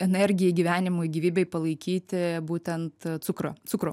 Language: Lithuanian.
energiją gyvenimui gyvybei palaikyti būtent cukrų cukrų